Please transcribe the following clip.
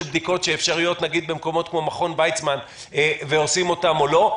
בדיקות שאפשריות למשל במקומות כמו מכון ויצמן ועושים אותן או לא,